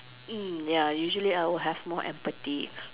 mm ya usually I will have more empathy